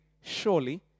surely